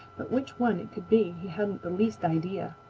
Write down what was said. but which one it could be he hadn't the least idea.